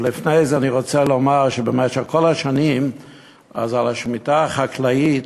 אבל לפני זה אני רוצה לומר שבמשך כל השנים על השמיטה החקלאית